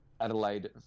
adelaide